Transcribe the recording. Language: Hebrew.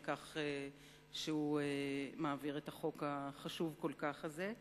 כך שהוא מעביר את החוק החשוב כל כך הזה.